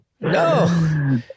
no